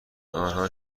آنها